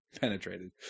penetrated